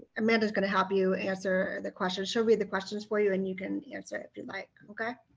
amanda is going to help you answer the questions she'll read the questions for you and you can answer if you like, okay?